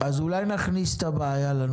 אז אולי נכניס את זה לנוסח?